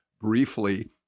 briefly